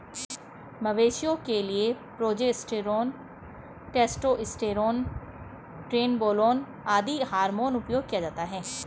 मवेशियों के लिए प्रोजेस्टेरोन, टेस्टोस्टेरोन, ट्रेनबोलोन आदि हार्मोन उपयोग किया जाता है